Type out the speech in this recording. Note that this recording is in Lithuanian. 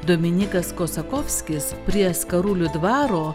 dominykas kosakovskis prie skarulių dvaro